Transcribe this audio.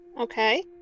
Okay